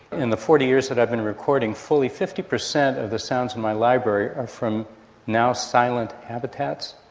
in the forty years that i have been recording, fully fifty percent of the sounds in my library are from now silent habitats.